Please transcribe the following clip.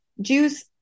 Jews